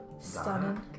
Stunning